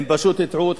הם פשוט הטעו אתכם.